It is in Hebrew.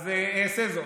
אז אעשה זאת.